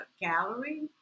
gallery